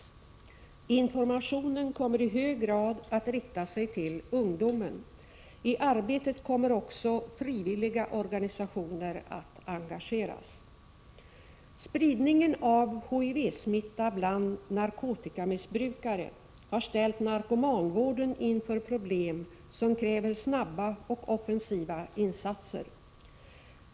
på 3 Om åtgärder för att Informationen kommer i hög grad att rikta sig till ungdomen. I arbetet hindi idni kommer också olika frivilliga organisationer att engageras. SR "Apg ringen ” sjukdomen aids Spridningen av HIV-smitta bland narkotikamissbrukare har ställt narkomanvården inför problem, som kräver snabba och offensiva insatser.